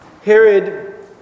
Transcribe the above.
Herod